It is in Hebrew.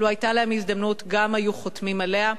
לו היתה להם הזדמנות גם הם היו חותמים עליה.